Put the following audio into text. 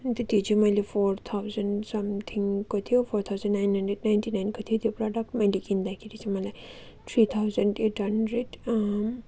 अन्त त्यो चाहिँ मैले फोर थाउजन्ड सम्थिङको थियो four thousand nine hundred ninety नाइनको थियो त्यो प्रडक्ट मैले किन्दाखेरि चाहिँ मलाई थ्री थाउजन्ड एट हन्ड्रेड